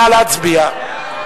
נא להצביע.